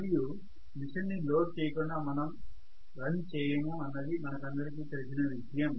మరియు మెషిన్ ని లోడ్ చేయకుండా మనం రన్ చేయము అన్నది మనకందరికీ తెలిసిన విషయం